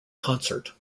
concert